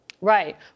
Right